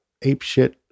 apeshit